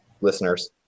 listeners